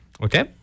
Okay